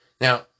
Now